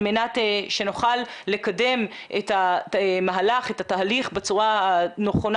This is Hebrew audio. על מנת שנוכל לקדם את המהלך ואת התהליך בצורה הנכונה